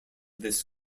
this